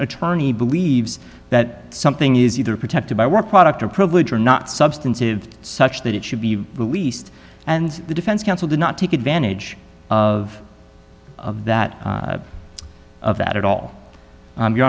attorney believes that something is either protected by work product or privilege or not substantive such that it should be released and the defense counsel did not take advantage of that of that at all